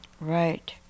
Right